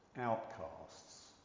Outcasts